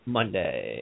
Monday